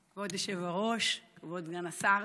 כבוד היושב-ראש, כבוד סגן השר,